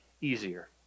easier